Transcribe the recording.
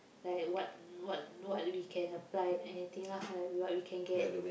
like what what what we can apply anything lah like what we can get